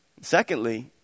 Secondly